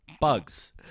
Bugs